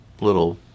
little